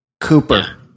Cooper